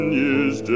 years